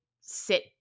sit